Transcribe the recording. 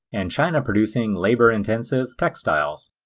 and china producing labor intensive textiles.